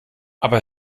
aber